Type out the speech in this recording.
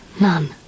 none